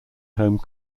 home